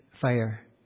fire